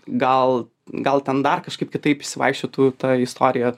gal gal ten dar kažkaip kitaip išsivaikščiotų ta istorija